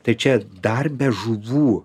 tai čia dar be žuvų